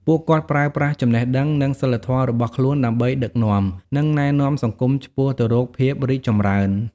ពួកគាត់ប្រើប្រាស់ចំណេះដឹង និងសីលធម៌របស់ខ្លួនដើម្បីដឹកនាំ និងណែនាំសង្គមឆ្ពោះទៅរកភាពរីកចម្រើន។